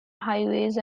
highways